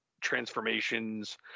transformations